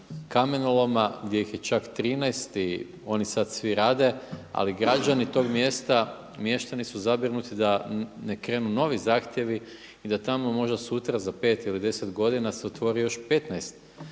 kamenoloma gdje ih je čak 13 i oni sada svi rade, ali građani tog mjesta, mještani su zabrinuti da ne krenu novi zahtjevi i da tamo možda sutra, za 5 ili 10 godina se otvori još 15